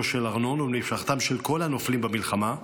של ארנון ולמשפחתם של כל הנופלים במלחמה.